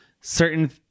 certain